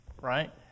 right